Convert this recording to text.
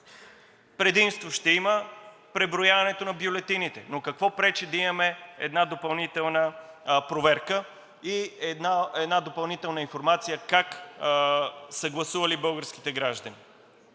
предимство ще има преброяването на бюлетините. Но какво пречи да имаме една допълнителна проверка и една допълнителна информация как са гласували българските граждани?!